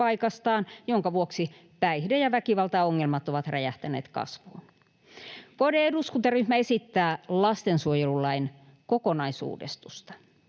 minkä vuoksi päihde- ja väkivaltaongelmat ovat räjähtäneet kasvuun. KD-eduskuntaryhmä esittää lastensuojelulain kokonaisuudistusta.